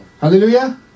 Hallelujah